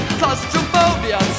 claustrophobia